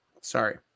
Sorry